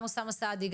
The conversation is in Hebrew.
גם אוסאמה סעדי,